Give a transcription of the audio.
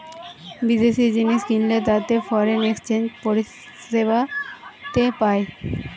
বিদেশি জিনিস কিনলে তাতে ফরেন এক্সচেঞ্জ পরিষেবাতে পায়